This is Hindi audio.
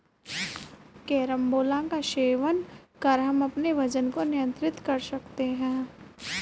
कैरम्बोला का सेवन कर हम अपने वजन को नियंत्रित कर सकते हैं